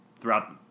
throughout